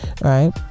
Right